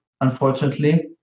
unfortunately